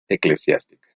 eclesiástica